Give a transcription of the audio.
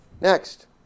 Next